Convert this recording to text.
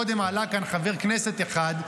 קודם עלה כאן חבר כנסת אחד,